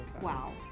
wow